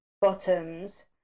bottoms